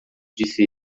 disse